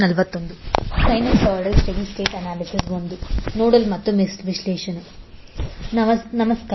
ನಮಸ್ಕಾರ